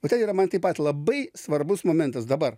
o ten yra man taip pat labai svarbus momentas dabar